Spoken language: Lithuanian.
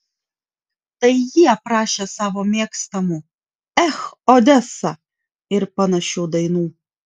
tai jie prašė savo mėgstamų ech odesa ir panašių dainų